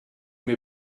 mir